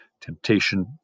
temptation